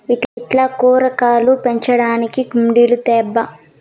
ఇంట్ల కూరాకులు పెంచడానికి కుండీలు తేబ్బా